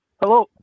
Hello